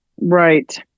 Right